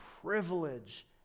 privilege